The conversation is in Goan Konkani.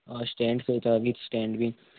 स्टँड खं येव स्टँड बीन